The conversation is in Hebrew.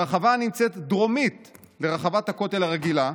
הרחבה הנמצאת דרומית לרחבת הכותל הרגילה,